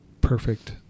perfect